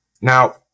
Now